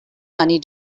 money